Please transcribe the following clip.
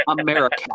America